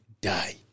die